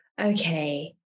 okay